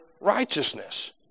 righteousness